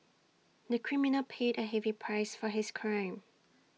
the criminal paid A heavy price for his crime